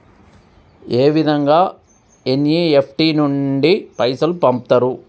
ఏ విధంగా ఎన్.ఇ.ఎఫ్.టి నుండి పైసలు పంపుతరు?